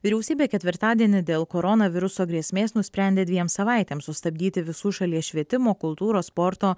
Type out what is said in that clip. vyriausybė ketvirtadienį dėl koronaviruso grėsmės nusprendė dviem savaitėms sustabdyti visų šalies švietimo kultūros sporto